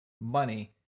money